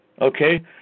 okay